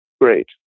great